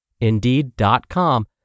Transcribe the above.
Indeed.com